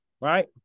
right